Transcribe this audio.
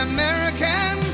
American